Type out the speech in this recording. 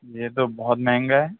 یہ تو بہت مہنگا ہے